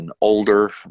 older